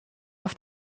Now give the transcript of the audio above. auf